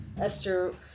Esther